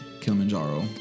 Kilimanjaro